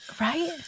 Right